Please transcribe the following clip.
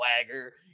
swagger